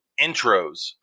intros